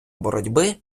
боротьби